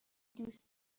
دوست